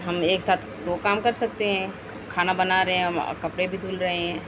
ہم ایک ساتھ دو کام کر سکتے ہیں کھانا بنا رہے ہیں ہم کپڑے بھی دُھل رہے ہیں